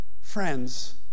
friends